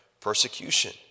persecution